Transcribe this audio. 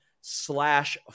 slash